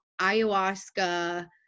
ayahuasca